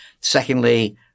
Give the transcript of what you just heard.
secondly